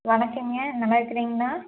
வணக்கங்க நல்லாருக்கிறீங்களா